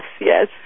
yes